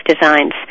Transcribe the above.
Designs